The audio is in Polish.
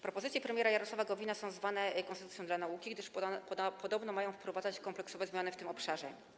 Propozycje premiera Jarosława Gowina są zwane konstytucją dla nauki, gdyż podobno mają wprowadzać kompleksowe zmiany w tym obszarze.